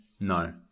No